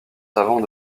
savants